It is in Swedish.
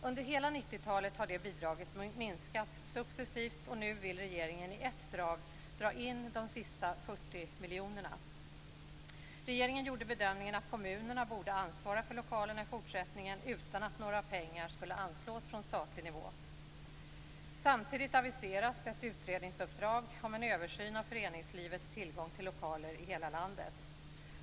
Under hela 90-talet har detta bidrag minskats successivt, och nu vill regeringen i ett drag dra in de sista 40 miljonerna. Regeringen gjorde bedömningen att kommunerna borde ansvara för lokalerna i fortsättningen utan att några pengar skulle anslås från statlig nivå. Samtidigt aviseras ett utredningsuppdrag om en översyn av föreningslivets tillgång till lokaler i hela landet.